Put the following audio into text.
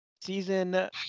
season